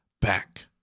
back